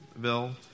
Bill